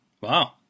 Wow